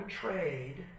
trade